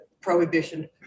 prohibition